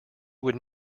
would